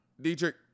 Dietrich